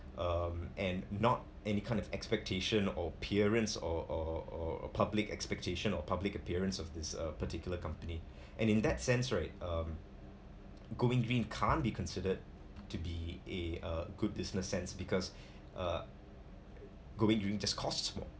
um and not any kind of expectation or appearance or or or a public expectation or public appearance of this particular company and in that sense right um going green can't be considered to be a a good business sense because uh going green just costs more